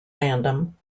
random